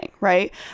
right